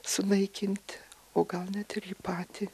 sunaikinti o gal net ir jį patį